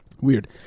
Weird